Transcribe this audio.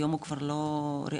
היום הוא כבר לא ריאלי,